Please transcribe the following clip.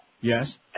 Yes